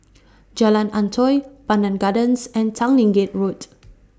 Jalan Antoi Pandan Gardens and Tanglin Gate